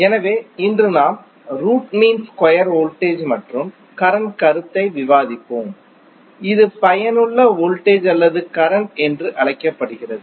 எனவே இன்று நாம் ரூட் மீன் ஸ்கொயர் வோல்டேஜ் மற்றும் கரண்ட் கருத்தை விவாதிப்போம் இது பயனுள்ள வோல்டேஜ் அல்லது கரண்ட் என்றும் அழைக்கப்படுகிறது